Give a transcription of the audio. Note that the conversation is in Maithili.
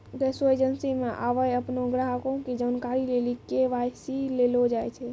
गैसो एजेंसी मे आबे अपनो ग्राहको के जानकारी लेली के.वाई.सी लेलो जाय छै